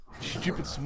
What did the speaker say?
stupid